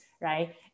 right